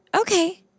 Okay